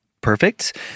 Perfect